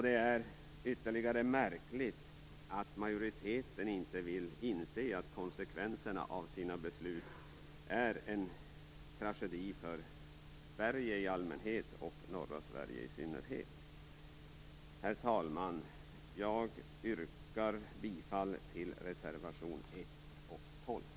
Det är ytterligare märkligt att majoriteten inte vill inse att konsekvensen av beslutet är en tragedi för Sverige i allmänhet och för norra Sverige i synnerhet. Herr talman! Jag yrkar bifall till reservationerna 1